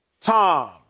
Tom